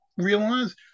realize